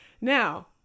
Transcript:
Now